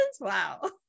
Wow